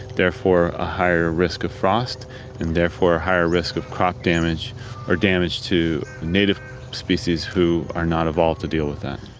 therefore a higher risk of frost and therefore higher risk of crop damage or damage to the native species who are not evolved to deal with that.